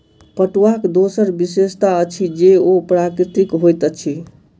पटुआक दोसर विशेषता अछि जे ओ प्राकृतिक होइत अछि